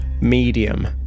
medium